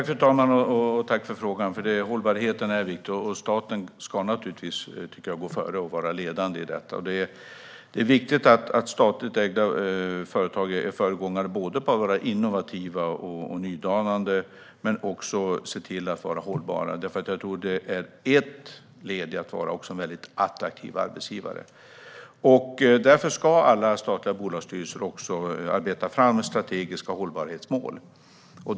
Fru talman! Tack för frågan! Hållbarhet är viktigt, och staten ska naturligtvis gå före och vara ledande i detta. Det är viktigt att statligt ägda företag är föregångare när det gäller både att vara innovativa och nydanande och att se till att vara hållbara. Det tror jag är ett led i att vara en attraktiv arbetsgivare. Alla statliga bolagsstyrelser ska därför arbeta fram strategiska hållbarhetsmål.